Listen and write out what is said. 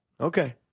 Okay